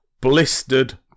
blistered